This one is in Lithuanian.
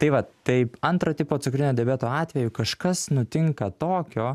tai vat taip antro tipo cukrinio diabeto atveju kažkas nutinka tokio